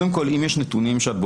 אם יש נתונים שאת בודקת,